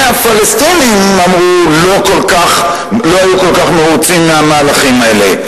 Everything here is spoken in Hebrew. הפלסטינים לא היו כל כך מרוצים מהמהלכים האלה.